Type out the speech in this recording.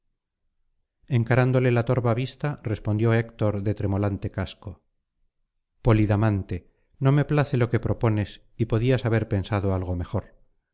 encarándole la torva vista respondió héctor de tremolante casco polidamante no me place lo que propones y podías haber pensado algo mejor